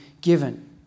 given